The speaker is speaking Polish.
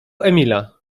emila